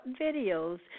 videos